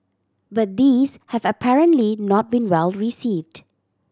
but these have apparently not been well received